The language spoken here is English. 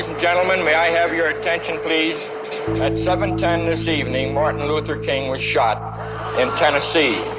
gentlemen, may i have your attention, please? at seven ten this evening, martin luther king was shot in tennessee.